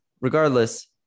regardless